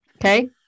Okay